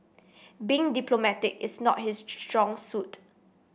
being diplomatic is not his strong suit